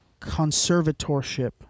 conservatorship